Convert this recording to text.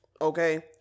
okay